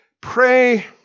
Pray